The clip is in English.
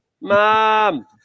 mom